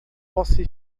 você